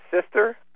sister